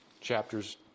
Chapters